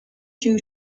due